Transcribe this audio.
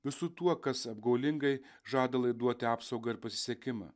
visu tuo kas apgaulingai žada laiduoti apsaugą ir pasisekimą